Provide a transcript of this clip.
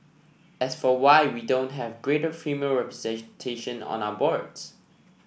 as for why we don't have greater female representation on our boards